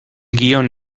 guion